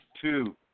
two